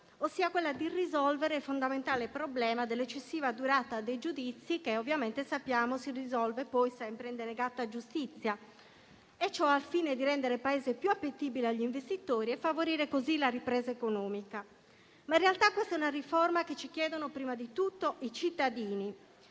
ossia quella di risolvere il fondamentale problema dell'eccessiva durata dei giudizi, che poi sappiamo si risolve sempre in denegata giustizia, e ciò al fine di rendere il Paese più appetibile agli investitori e favorire così la ripresa economica. In realtà questa è una riforma che ci chiedono prima di tutto i cittadini,